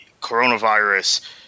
coronavirus